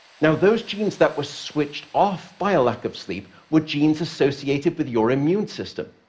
now those genes that were switched off by a lack of sleep were genes associated with your immune system,